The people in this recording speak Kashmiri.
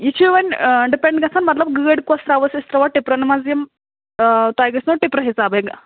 یہِ چھُ وۄنۍ ڈِپٮ۪نڈ گژھان مطلب گٲڈۍ کۄس تراوس أسۍ تراووٕ ٹِپرَن منٛز یِم تۄہہِ گژھوٕ ٹِپرٕ حِسابَے